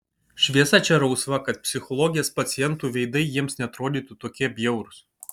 šviesa čia rausva kad psichologės pacientų veidai jiems neatrodytų tokie bjaurūs